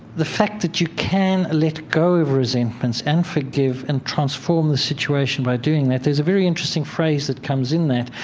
the fact that you can let go of resentments and forgive and transform the situation by doing that, there is a very interesting phrase that comes in that.